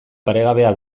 paregabea